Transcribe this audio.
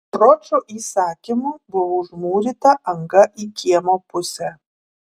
ročo įsakymu buvo užmūryta anga į kiemo pusę